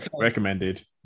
recommended